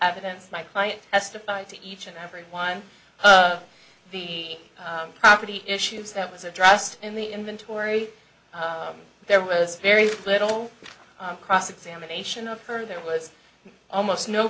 evidence my client testified to each and every one of the property issues that was addressed in the inventory there was very little on cross examination of her there was almost no